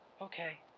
Okay